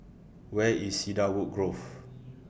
Where IS Cedarwood Grove